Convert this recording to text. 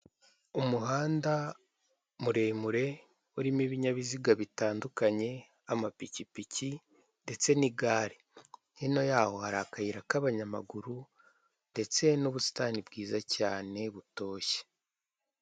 Umuhanda muremure urimo ibinyabiziga bitandukanye amapikipiki ndetse n'igare hino yaho hari akayira k'abanyamaguru ndetse n'ubusitani bwiza cyane butoshye.